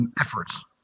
Efforts